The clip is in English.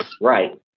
Right